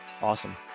Awesome